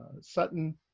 Sutton